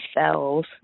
cells